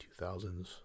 2000s